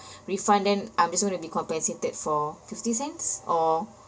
refund then I'm just gonna be compensated for fifty cents or